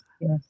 Yes